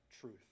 truth